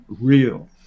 real